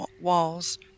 walls